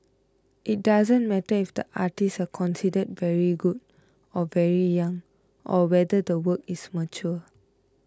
it doesn't matter if the artists are considered very good or very young or whether the work is mature